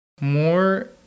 More